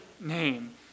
name